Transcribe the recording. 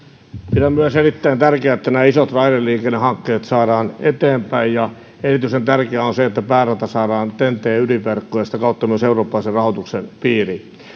pidän myös erittäin tärkeänä että nämä isot raideliikennehankkeet saadaan eteenpäin ja erityisen tärkeää on se että päärata saadaan ten ten t ydinverkkoon ja sitä kautta myös eurooppalaisen rahoituksen piiriin